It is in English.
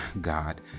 God